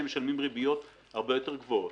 שהם משלמים ריביות הרבה יותר גבוהות.